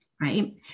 right